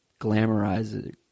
glamorizes